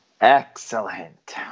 excellent